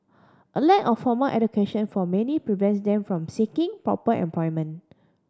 a lack of formal education for many prevents them from seeking proper employment